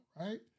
right